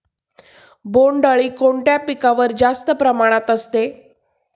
बोंडअळी कोणत्या पिकावर जास्त प्रमाणात असते?